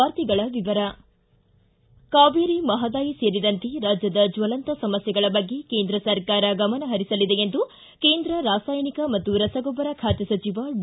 ವಾರ್ತೆಗಳ ವಿವರ ಕಾವೇರಿ ಮಹದಾಯಿ ಸೇರಿದಂತೆ ರಾಜ್ಯದ ಜ್ವಲಂತ ಸಮಸ್ಥೆಗಳ ಬಗ್ಗೆ ಕೇಂದ್ರ ಸರ್ಕಾರ ಗಮನ ಹರಿಸಲಿದೆ ಎಂದು ಕೇಂದ್ರ ರಾಸಾಯನಿಕ ಮತ್ತು ರಸಗೊಬ್ಬರ ಖಾತೆ ಸಚಿವ ಡಿ